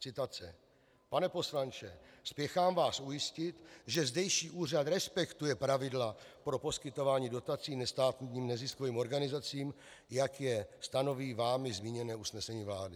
Citace: Pan poslanče, spěchám vás ujistit, že zdejší úřad respektuje pravidla pro poskytování dotací nestátním neziskovým organizacím, jak je stanoví vámi zmíněné usnesení vlády.